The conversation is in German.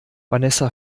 vanessa